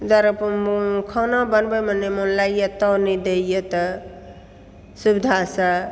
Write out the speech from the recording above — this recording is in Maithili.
खाना बनबैमऽ नहि मोन लागैत यऽ ताव नहि दैत यऽ तऽ सुविधासँ